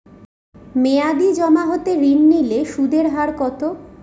মেয়াদী জমা হতে ঋণ নিলে সুদের হার কত?